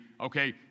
Okay